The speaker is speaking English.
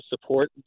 support